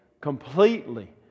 completely